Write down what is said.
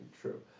True